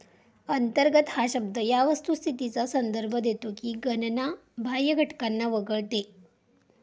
अंतर्गत हा शब्द या वस्तुस्थितीचा संदर्भ देतो की गणना बाह्य घटकांना वगळते